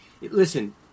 Listen